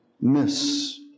miss